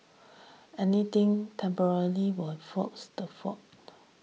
anything temporally will floats the float